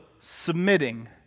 submitting